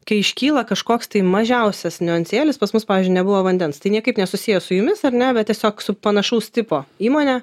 kai iškyla kažkoks tai mažiausias niuansėlis pas mus pavyzdžiui nebuvo vandens tai niekaip nesusiję su jumis ar ne tiesiog su panašaus tipo įmone